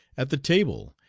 at the table,